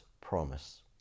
promise